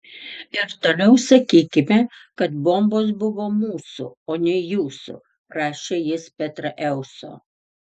ir toliau sakykime kad bombos buvo mūsų o ne jūsų prašė jis petraeuso